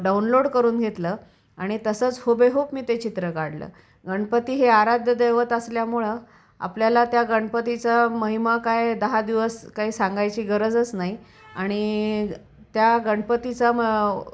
download करून घेतलं आणि तसंच हुबेहूब मी ते चित्र काढलं गणपती हे आराध्य दैवत असल्यामुळं आपल्याला त्या गणपतीचा महिमा काय दहा दिवस काही सांगायची गरजच नाही आणि त्या गणपतीचा मं